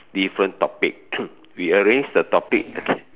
different topic we arrange the topic